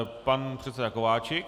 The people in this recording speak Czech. Pan předseda Kováčik.